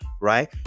right